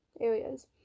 areas